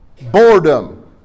Boredom